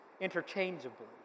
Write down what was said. interchangeably